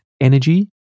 energy